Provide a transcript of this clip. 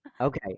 Okay